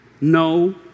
no